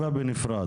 בנפרד.